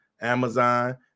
Amazon